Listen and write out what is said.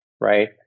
right